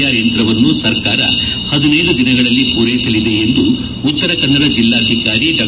R ಯಂತ್ರವನ್ನು ಸರ್ಕಾರವು ಹದಿನ್ನೆದು ದಿನಗಳಲ್ಲಿ ಪೂರೈಸಲಿದೆ ಎಂದು ಉತ್ತರ ಕನ್ನಡ ಜಿಲ್ಲಾಧಿಕಾರಿ ಡಾ